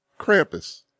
krampus